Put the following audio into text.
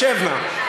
שב נא.